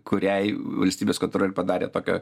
kuriai valstybės kontrolė padarė tokią